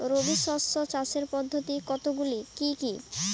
রবি শস্য চাষের পদ্ধতি কতগুলি কি কি?